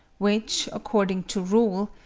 which, according to rule,